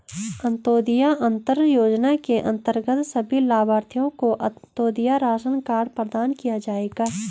अंत्योदय अन्न योजना के अंतर्गत सभी लाभार्थियों को अंत्योदय राशन कार्ड प्रदान किया जाएगा